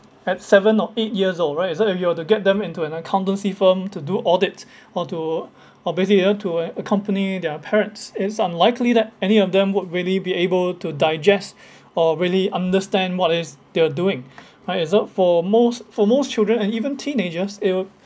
at seven or eight years old right so if you have to get them into an accountancy firm to do audits or to or basically uh to uh accompany their parents it's unlikely that any of them would really be able to digest or really understand what is they are doing right uh so for most for most children and even teenagers they would